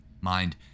mind